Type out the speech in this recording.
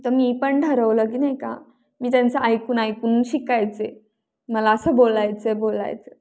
तर मी पण ठरवलं की नाही का मी त्यांचं ऐकून ऐकून शिकायचे मला असं बोलायचं आहे बोलायचं आहे